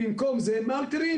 אבל במקום זה מאלתרים.